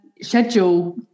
schedule